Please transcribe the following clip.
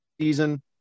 season